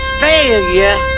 failure